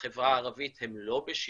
בחברה הערבית הם לא בשידוכים,